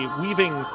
weaving